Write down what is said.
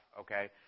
okay